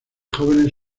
jóvenes